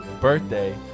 birthday